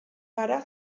gara